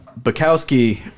Bukowski